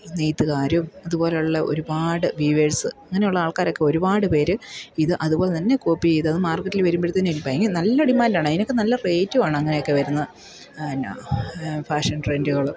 നെയ്ത്തുകാരും അതുപോലുള്ള ഒരുപാട് വീവേഴ്സ് അങ്ങനെയുള്ള ആൾക്കാരൊക്കെ ഒരുപാട് പേര് ഇത് അതുപോലെതന്നെ കോപ്പി ചെയ്തത് അത് മാർക്കറ്റിൽ വരുമ്പോഴത്തേക്കും എനിക്ക് ഭയങ്കര നല്ല ഡിമാൻഡാണ് അതിനൊക്കെ നല്ല റേറ്റുമാണ് അങ്ങനെയൊക്കെ വരുന്നത് ആ എന്നാ ഫാഷൻ ട്രെൻഡുകൾ